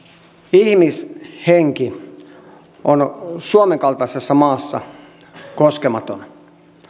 ihmishenki on suomen kaltaisessa maassa koskematon